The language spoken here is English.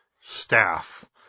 staff